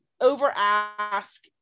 over-ask